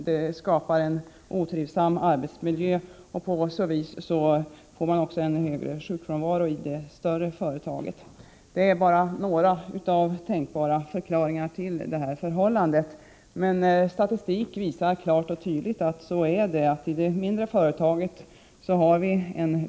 Det skapar en otrivsam arbetsmiljö, och på så sätt blir också sjukfrånvaron större. Det är bara några av de tänkbara förklaringarna till detta förhållande. Statistiken visar klart och tydligt att sjukfrånvaron är lägre i det mindre företaget.